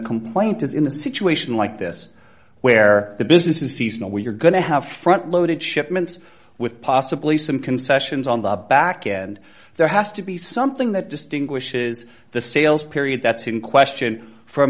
complaint is in a situation like this where the business is seasonal where you're going to have front loaded shipments with possibly some concessions on the back end there has to be something that distinguishes the sales period that's in question from